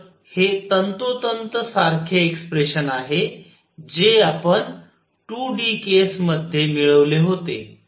तर हे तंतोतंत सारखे एक्स्प्रेशन आहे जे आपण 2 डी केस मध्ये मिळवले होते